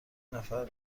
نفر